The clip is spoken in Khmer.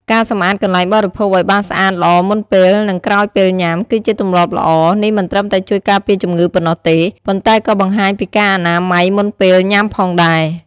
ការសម្អាតកន្លែងបរិភោគឲ្យបានស្អាតល្អមុនពេល និងក្រោយពេលញ៉ាំ គឺជាទម្លាប់ល្អ នេះមិនត្រឹមតែជួយការពារជំងឺប៉ុណ្ណោះទេ ប៉ុន្តែក៏បង្ហាញពីការអនាម័យមុនពេលញាំផងដែរ។